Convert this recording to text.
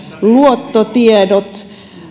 luottotiedot